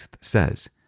says